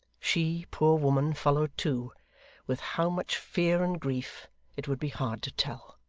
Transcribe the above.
she, poor woman, followed too with how much fear and grief it would be hard to tell.